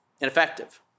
ineffective